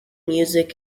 music